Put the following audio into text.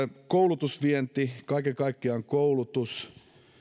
koulutusvienti kaiken kaikkiaan koulutus